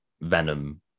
venom